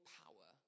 power